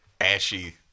ashy